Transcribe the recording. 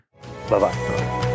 Bye-bye